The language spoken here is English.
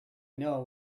know